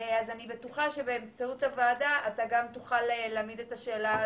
אני בטוחה שבאמצעות הוועדה אתה תוכל להעמיד את השאלה: